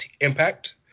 impact